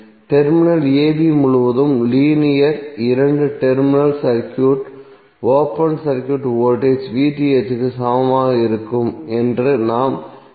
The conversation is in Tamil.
டெர்மினல் a b முழுவதும் லீனியர் இரண்டு terminal circuit open circuit voltage க்கு சமமாக இருக்கும் என்று நாம் என்ன சொல்ல முடியும்